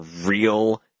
real